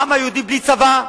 העם היהודי בלי צבא,